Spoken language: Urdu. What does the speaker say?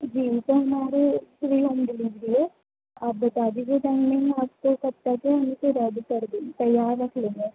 جی تو ہمارے فری ہوم ڈلیوری ہے آپ بتا دیجیے ٹائمنگ آپ کو کب تک ہے ہم تو ریڈی کر دیں تیار رکھ لیں گے